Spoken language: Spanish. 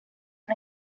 una